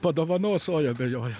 padovanos oi abejoju